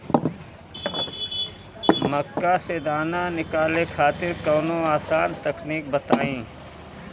मक्का से दाना निकाले खातिर कवनो आसान तकनीक बताईं?